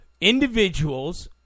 individuals